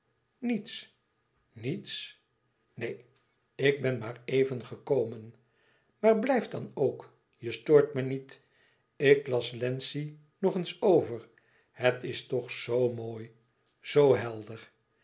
niets niets neen ik ben maar even gekomen maar blijf dan ook je stoort me niet ik las wlenzci nog eens over het is toch zoo mooi zoo helder